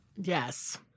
Yes